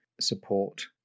support